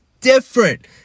different